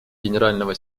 генерального